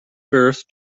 birth